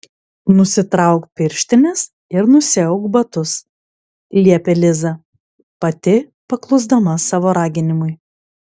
nusitrauk pirštines ir nusiauk batus liepė liza pati paklusdama savo raginimui